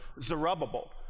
Zerubbabel